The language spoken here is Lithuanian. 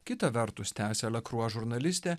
kita vertus tęsia le krua žurnalistė